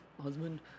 husband